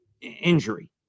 injury